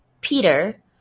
Peter